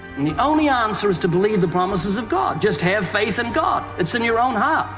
and the only answer is to believe the promises of god, just have faith in god. it's in your own heart.